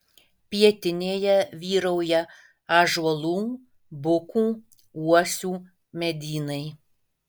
pietinėje vyrauja ąžuolų bukų uosių medynai